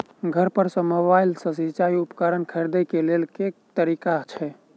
घर पर सऽ मोबाइल सऽ सिचाई उपकरण खरीदे केँ लेल केँ तरीका छैय?